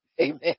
amen